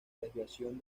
desviación